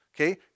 Okay